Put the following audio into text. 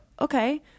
okay